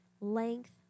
length